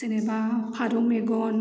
जेनेबा फारौ मेगन